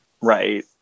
Right